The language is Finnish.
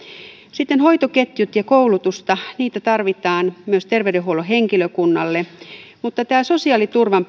sitten hoitoketjut ja koulutusta tarvitaan myös terveydenhuollon henkilökunnalle mutta tänne sosiaaliturvan